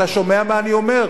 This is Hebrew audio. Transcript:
אתה שומע מה אני אומר?